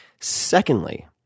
Secondly